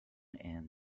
and